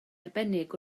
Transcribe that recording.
arbennig